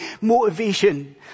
motivation